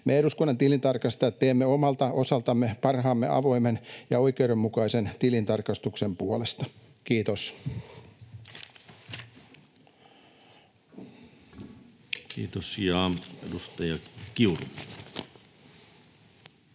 Me eduskunnan tilintarkastajat teemme omalta osaltamme parhaamme avoimen ja oikeudenmukaisen tilintarkastuksen puolesta. — Kiitos. Kiitos.